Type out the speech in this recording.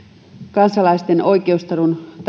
kansalaisten oikeustajun